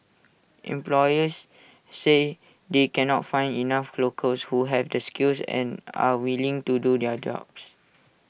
employers say they cannot find enough locals who have the skills and are willing to do their jobs